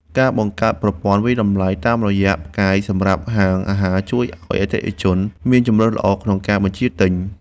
ការបង្កើតប្រព័ន្ធវាយតម្លៃតាមរយ:ផ្កាយសម្រាប់ហាងអាហារជួយឱ្យអតិថិជនមានជម្រើសល្អក្នុងការបញ្ជាទិញ។